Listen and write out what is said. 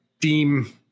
deem